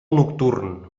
nocturn